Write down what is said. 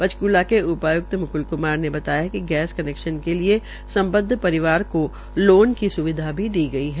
पंचक्ला के उपय्क्त म्क्ल क्मार ने बताया कि गैस कनैक्शन के लिये संबद्ध परिवार को लोन की स्विधा भी दी गई है